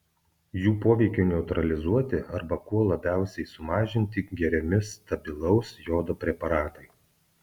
jų poveikiui neutralizuoti arba kuo labiausiai sumažinti geriami stabilaus jodo preparatai